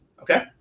okay